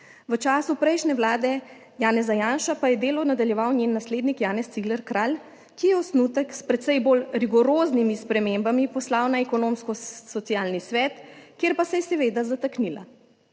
v času prejšnje vlade Janeza Janše pa je delo nadaljeval njen naslednik Janez Cigler Kralj, ki je osnutek s precej bolj rigoroznimi spremembami poslal na Ekonomsko-socialni svet, kjer pa se je seveda zataknila.